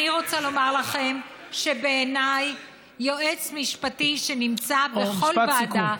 אני רוצה לומר לכם שבעיניי יועץ משפטי שנמצא בכל ועדה,